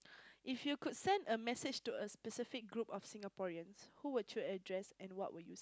if you could send a message to a specific group of Singaporeans who would you address and what would you s~